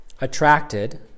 attracted